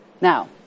Now